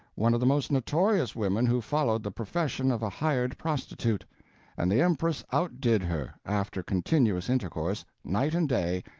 one of the most notorious women who followed the profession of a hired prostitute and the empress outdid her, after continuous intercourse, night and day,